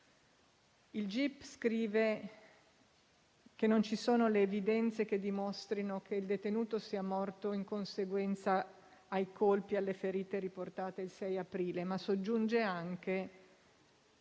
Il gip scrive che non vi sono le evidenze che dimostrino che il detenuto sia morto in conseguenza dei colpi e delle ferite riportate il 6 aprile, ma soggiunge anche